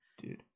dude